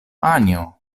anjo